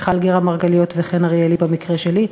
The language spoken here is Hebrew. מיכל גרא-מרגליות וחן אריאלי במקרה שלי.